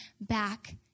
back